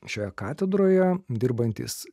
šioje katedroje dirbantys